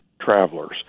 travelers